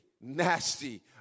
nasty